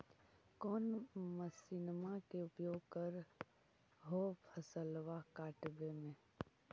कौन मसिंनमा के उपयोग कर हो फसलबा काटबे में?